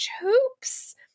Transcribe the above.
hoops